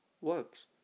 works